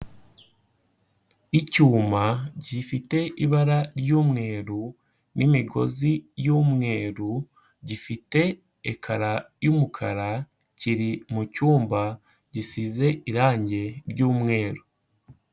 Icyuma gifite ibara ry'umweru n'imigozi y'umweru, gifite ekara y'umukara kiri mu cyumba gisize irange ry'umweru.